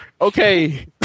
Okay